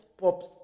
pops